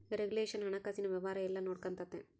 regulation ಹಣಕಾಸಿನ ವ್ಯವಹಾರ ಎಲ್ಲ ನೊಡ್ಕೆಂತತೆ